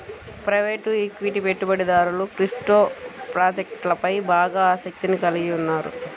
private equity పెట్టుబడిదారులు crypto ప్రాజెక్ట్లపై బాగా ఆసక్తిని కలిగి ఉన్నారు